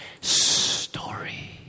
Story